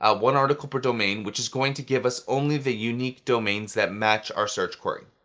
ah one article per domain, which is going to give us only the unique domains that match our search query.